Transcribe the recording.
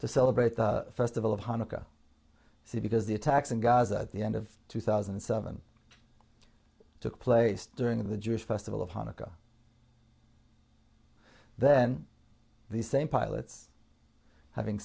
to celebrate the festival of hanukkah see because the attacks in gaza at the end of two thousand and seven took place during the jewish festival of hanukkah then these same pilots having